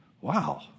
Wow